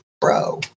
bro